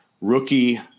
rookie